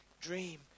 dream